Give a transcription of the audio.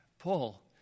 Paul